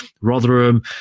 Rotherham